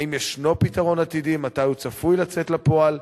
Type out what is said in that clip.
4. אם ישנו פתרון עתידי, מתי הוא צפוי לצאת לפועל?